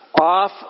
off